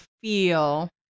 feel